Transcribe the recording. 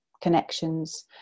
connections